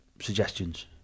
suggestions